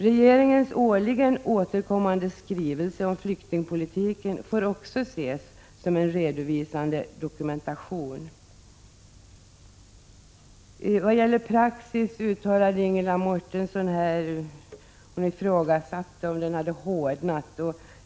Regeringens årligen återkommande skrivelse om flyktingpolitiken får också ses som en redovisande dokumentation. Ingela Mårtensson ifrågasatte här om praxis hade hårdnat.